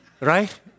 right